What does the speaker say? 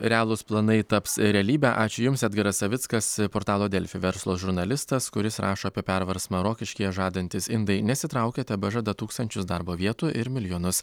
realūs planai taps realybe ačiū jums edgaras savickas portalo delfi verslo žurnalistas kuris rašo apie perversmą rokiškyje žadantys indai nesitraukia tebežada tūkstančius darbo vietų ir milijonus